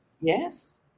Yes